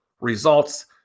results